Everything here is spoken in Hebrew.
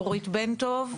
אורית בן טוב,